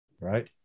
Right